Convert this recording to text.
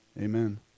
Amen